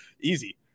easy